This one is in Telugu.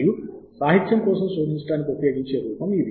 మరియు సాహిత్యం కోసం శోధించడానికి ఉపయోగించే రూపం ఇది